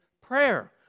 prayer